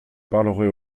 parlerai